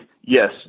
Yes